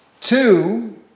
Two